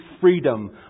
freedom